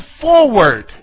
forward